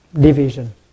division